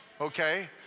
Okay